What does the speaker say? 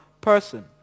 person